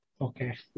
Okay